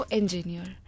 engineer